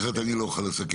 אחרת לא אוכל לסכם.